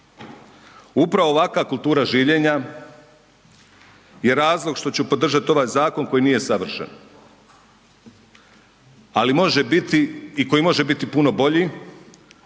Upravo ovakva kultura življenja je razlog što ću podržati ovaj zakon koji nije savršen. Ali, može biti i koji može biti puno bolji,